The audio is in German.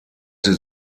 sie